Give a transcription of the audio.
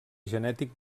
genètic